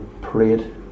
parade